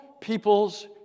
people's